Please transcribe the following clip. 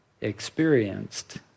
experienced